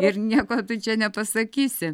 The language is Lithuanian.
ir nieko tu čia nepasakysi